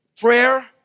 Prayer